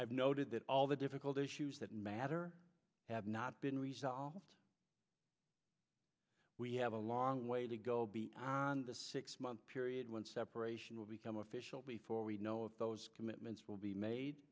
i've noted that all the difficult issues that matter have not been resolved we have a long way to go be on the six month period when separation will become official before we know if those commitments will be made